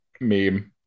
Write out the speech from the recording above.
meme